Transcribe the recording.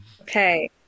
Okay